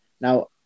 Now